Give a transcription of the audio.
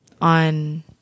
On